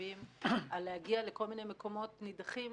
משאבים על להגיע לכל מיני מקומות נידחים